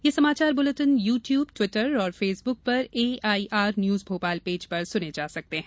ये समाचार bulletin YouTube Twitter और फेसबुक पर एआईआर न्यूज भोपाल पेज पर सुने जा सकते हैं